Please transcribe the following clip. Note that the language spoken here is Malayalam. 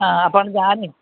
ആ അപ്പം ഞാനേ